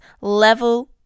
level